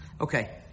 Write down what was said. Okay